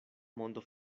mondo